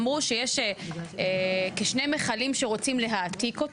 שיש שני מכלים שאותם רוצים להעתיק.